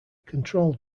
controlled